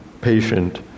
patient